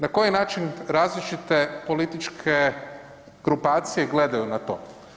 Na koji način različite političke grupacije gledaju na to?